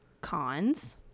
cons